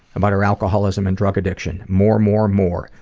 about her alcoholism and drug addiction more, more, more.